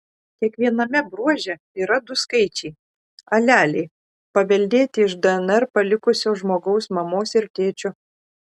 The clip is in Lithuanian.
kiekviename bruože yra du skaičiai aleliai paveldėti iš dnr palikusio žmogaus mamos ir tėčio